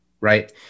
right